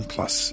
Plus